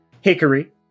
Hickory